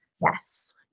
Yes